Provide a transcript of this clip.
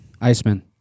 Iceman